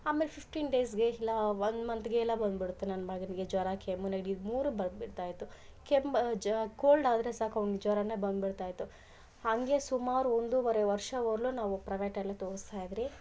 ಆಮೇಲೆ ಫಿಫ್ಟೀನ್ ಡೇಸ್ಗೆ ಇಲ್ಲಾ ಒನ್ ಮಂತ್ಗೇ ಎಲ್ಲ ಬಂದುಬಿಡುತ್ತೆ ನನ್ನ ಮಗನಿಗೆ ಜ್ವರ ಕೆಮ್ಮು ನೆಗಡಿ ಇದು ಮೂರು ಬಂದುಬಿಡ್ತಾಯಿತ್ತು ಕೆಮ್ಮು ಜ ಕೋಲ್ಡ್ ಆದರೆ ಸಾಕು ಅವ್ನಿಗೆ ಜ್ವರ ಬಂದುಬಿಡ್ತಾಯಿತ್ತು ಹಂಗೆ ಸುಮಾರು ಒಂದೂವರೆ ವರ್ಷಗಳು ನಾವು ಪ್ರವೇಟಲ್ಲೇ ತೋರಿಸ್ತಾಯಿದ್ರಿ